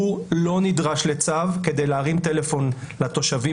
הוא לא נדרש לצו כדי להרים טלפון לתושבים